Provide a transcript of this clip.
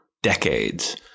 decades